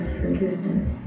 forgiveness